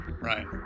right